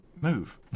Move